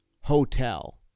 Hotel